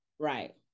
Right